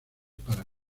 para